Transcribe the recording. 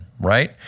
right